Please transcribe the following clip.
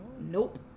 Nope